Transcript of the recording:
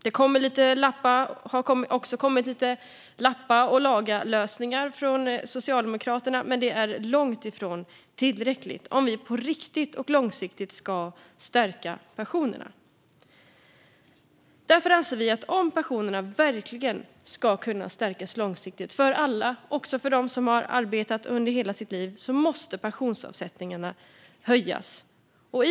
Det har kommit lite lappa-och-laga-lösningar från Socialdemokraterna, men det är långt ifrån tillräckligt om vi på riktigt och långsiktigt ska stärka pensionerna. Om pensionerna verkligen ska kunna stärkas långsiktigt för alla, även för dem som har arbetat under hela sitt liv, anser vi därför att pensionsavsättningarna måste höjas.